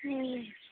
हाँ जी